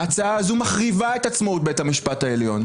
ההצעה הזו מחריבה את עצמאות בית המשפט העליון.